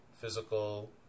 physical